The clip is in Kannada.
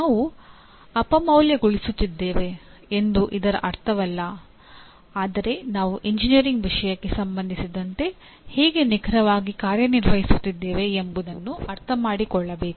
ನಾವು ಅಪಮೌಲ್ಯಗೊಳಿಸುತ್ತಿದ್ದೇವೆ ಎಂದು ಇದರ ಅರ್ಥವಲ್ಲ ಆದರೆ ನಾವು ಎಂಜಿನಿಯರಿಂಗ್ ವಿಷಯಕ್ಕೆ ಸಂಬಂಧಿಸಿದಂತೆ ಹೇಗೆ ನಿಖರವಾಗಿ ಕಾರ್ಯನಿರ್ವಹಿಸುತ್ತಿದ್ದೇವೆ ಎಂಬುದನ್ನು ಅರ್ಥಮಾಡಿಕೊಳ್ಳಬೇಕು